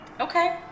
okay